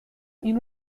این